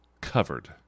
covered